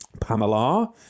Pamela